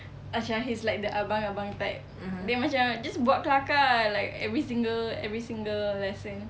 macam he's like the abang-abang type dia macam just buat kelakar ah like every single every single lesson